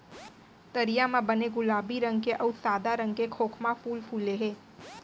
तरिया म बने गुलाबी रंग के अउ सादा रंग के खोखमा फूल फूले हे